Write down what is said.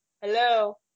Hello